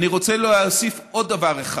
אני רוצה להוסיף עוד דבר אחד,